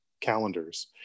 calendars